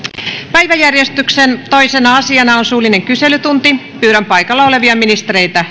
päiväjärjestyksen toisena asiana on suullinen kyselytunti pyydän paikalla olevia ministereitä